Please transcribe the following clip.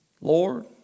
Lord